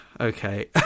okay